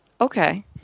okay